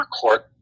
court